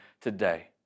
today